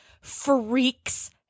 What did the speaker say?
freaks